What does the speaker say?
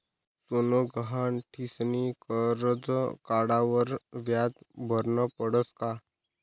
सोनं गहाण ठीसनी करजं काढावर व्याज भरनं पडस का?